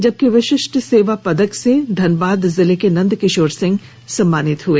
जबकि विशिष्ट सेवा पदक से धनबाद जिला के नंद किशोर सिंह सम्मानित हए